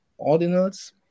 ordinals